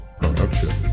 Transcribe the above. production